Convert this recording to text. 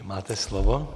Máte slovo.